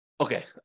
Okay